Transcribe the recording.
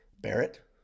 Barrett